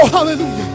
Hallelujah